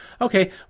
Okay